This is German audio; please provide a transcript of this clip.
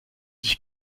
sich